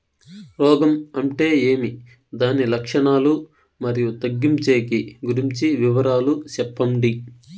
రోగం అంటే ఏమి దాని లక్షణాలు, మరియు తగ్గించేకి గురించి వివరాలు సెప్పండి?